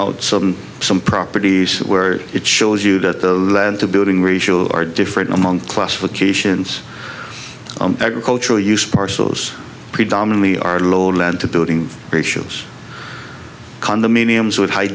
out some properties where it shows you that lead to building ratio are different among classifications agricultural use parcels predominantly are lowland to building ratios condominiums with high